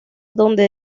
donde